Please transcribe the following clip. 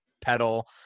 pedal